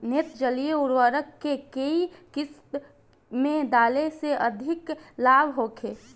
नेत्रजनीय उर्वरक के केय किस्त में डाले से अधिक लाभ होखे?